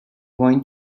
going